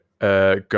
go